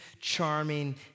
charming